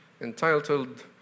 entitled